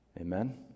Amen